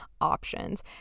options